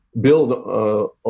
build